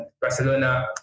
Barcelona